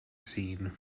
scene